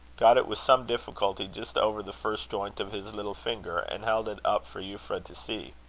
got it with some difficulty just over the first joint of his little finger, and held it up for euphra to see.